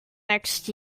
next